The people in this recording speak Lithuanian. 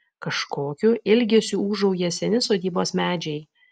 kažkokiu ilgesiu ūžauja seni sodybos medžiai